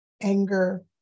anger